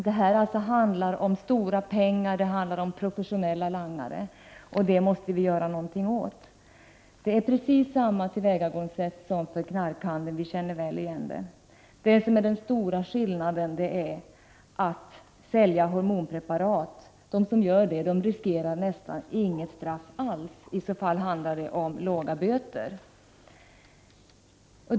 Det handlar alltså om stora pengar och professionella langare. Vi måste göra någonting åt detta. Vi känner väl igen tillvägagångssättet, som är precis detsamma som för knarkhandeln. Den stora skillnaden är att de som säljer hormonpreparat riskerar nästan inget straff alls, möjligen låga böter.